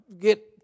get